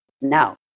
Now